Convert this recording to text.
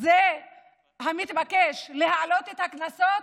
זה מתבקש להעלות את הקנסות?